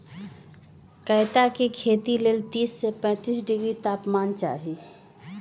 कैता के खेती लेल तीस से पैतिस डिग्री तापमान चाहि